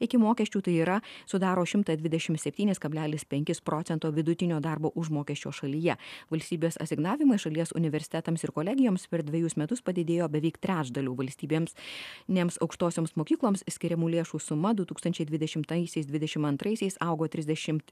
iki mokesčių tai yra sudaro šimtą dvidešim septynis kablelis penkis procento vidutinio darbo užmokesčio šalyje valstybės asignavimai šalies universitetams ir kolegijoms per dvejus metus padidėjo beveik trečdaliu valstybėms nėms aukštosioms mokykloms skiriamų lėšų suma du tūkstančiai dvidešimtaisiais dvidešim antraisiais augo trisdešimt